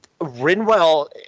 rinwell